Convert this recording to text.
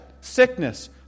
sickness